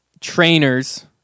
trainers